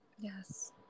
Yes